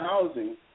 housing